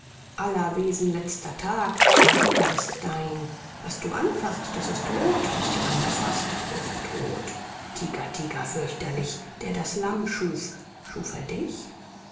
aller wesen letzter tag tiger ist dein was du anfaßt das ist roth was du angefaßt ist todt tiger tiger fürchterlich der das lamm schuf schuf er dich